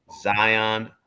Zion